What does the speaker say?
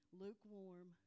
lukewarm